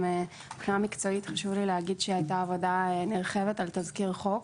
מבחינה מקצועית חשוב לי להגיד שהייתה עבודה נרחבת על תזכיר חוק